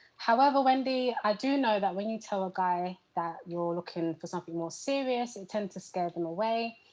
however, wendy, i do know that when you tell a guy that you're looking for something more serious, it tends to scare them away.